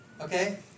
Okay